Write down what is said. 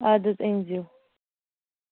اَدٕ حظ أنۍزیٚو